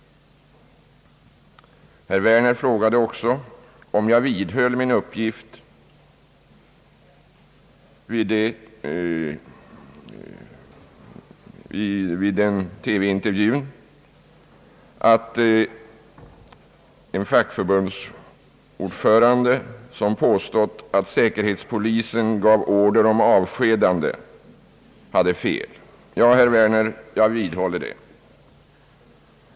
Herr Werner frågade också om jag vidhöll min uppgift i TV-intervjun att en fackförbundsordförande, som påstått att säkerhetspolisen gav order om avskedande, hade fel. Ja, herr Werner, jag vidhåller det.